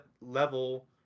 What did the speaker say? level